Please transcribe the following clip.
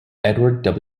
edward